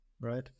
right